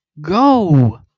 Go